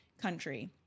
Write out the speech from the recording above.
country